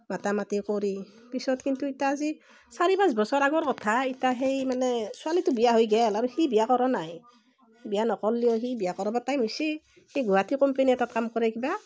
মাতা মাতি কৰি পিছত কিন্তু ইতা আজি চাৰি পাঁচ বছৰৰ আগৰ কথা ইতা সেই মানে ছোৱালীটো বিয়া হৈ গ'ল আৰু সি বিয়া কৰা নাই বিয়া নকল্লিও সি বিয়া কৰাবৰ টাইম হৈছে সি গুৱাহাটীৰ কোম্পানী এটাত কাম কৰে কিবা